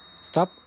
Stop